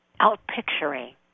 outpicturing